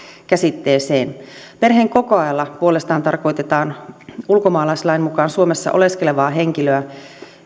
käsitteeseen perheenkokoajalla puolestaan tarkoitetaan ulkomaalaislain mukaan suomessa oleskelevaa henkilöä